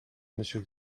monsieur